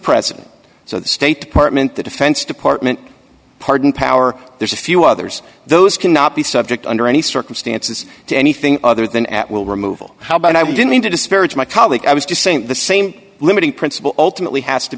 president so the state department the defense department pardon power there's a few others those can not be subject under any circumstances to anything other than at will removal how about i wouldn't need to disparage my colleague i was just saying the same limiting principle ultimately has to